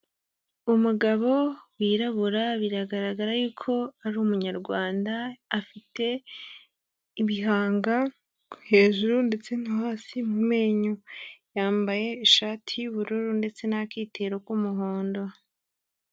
Umugabo wirabura biragaragara yuko ari umunyarwanda afite ibihanga hejuru ndetse no hasi mu menyo, yambaye ishati y'ubururu ndetse n'akitero k'umuhondo.